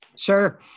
Sure